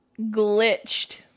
Glitched